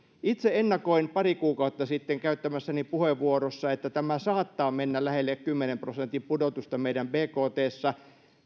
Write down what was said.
itse ennakoin pari kuukautta sitten käyttämässäni puheenvuorossa että tämä saattaa mennä lähelle kymmenen prosentin pudotusta meidän bktssä